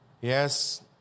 Yes